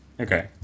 Okay